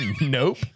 Nope